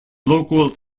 local